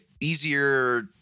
easier